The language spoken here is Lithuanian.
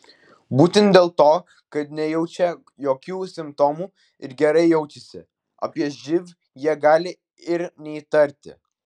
būtent dėl to kad nejaučia jokių simptomų ir gerai jaučiasi apie živ jie gali ir neįtarti